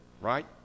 right